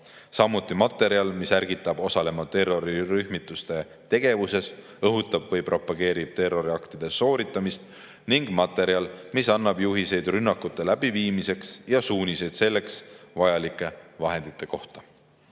samuti materjal, mis ärgitab osalema terrorirühmituste tegevuses, õhutab või propageerib terroriaktide sooritamist, ning materjal, mis annab juhiseid rünnakute läbiviimiseks ja suuniseid selleks vajalike vahendite kohta.